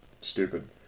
stupid